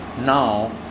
Now